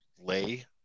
lay